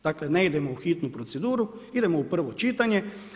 Dakle, ne idemo u hitnu proceduru, idemo u prvo čitanje.